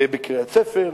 בקריית-ספר,